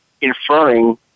inferring